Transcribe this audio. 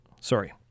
Sorry